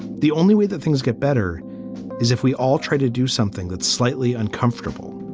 the only way that things get better is if we all try to do something that's slightly uncomfortable